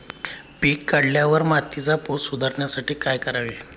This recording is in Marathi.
पीक काढल्यावर मातीचा पोत सुधारण्यासाठी काय करावे?